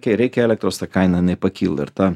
kai reikia elektros ta kaina jinai pakyla ir ta